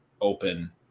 open